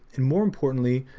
and more importantly,